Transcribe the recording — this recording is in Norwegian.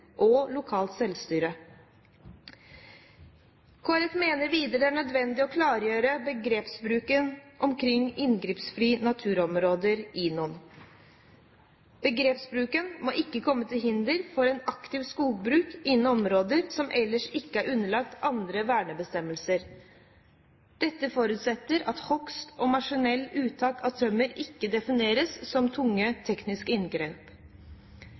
og lokalt selvstyre. Kristelig Folkeparti mener videre det er nødvendig å klargjøre begrepsbruken omkring inngrepsfrie naturområder, INON. Begrepsbruken må ikke være til hinder for et aktivt skogbruk innenfor områder som ellers ikke er underlagt andre vernebestemmelser. Dette forutsetter at hogst og maskinelt uttak av tømmer ikke defineres som tunge tekniske inngrep.